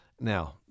Now